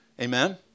Amen